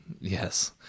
yes